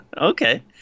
Okay